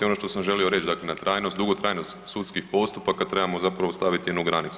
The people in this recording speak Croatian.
Ono što sam želio reći dakle na trajnost, dugotrajnost sudskih postupaka trebamo zapravo staviti jednu granicu.